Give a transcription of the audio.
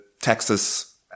Texas